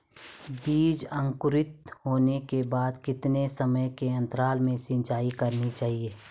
बीज अंकुरित होने के बाद कितने समय के अंतराल में सिंचाई करनी चाहिए?